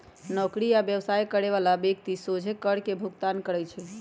नौकरी आ व्यवसाय करे बला व्यक्ति सोझे कर के भुगतान करइ छै